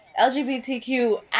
lgbtq